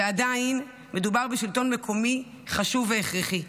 עדיין מדובר בשלטון מקומי חשוב והכרחי.